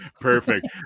Perfect